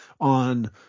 on